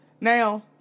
Now